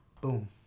boom